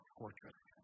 fortress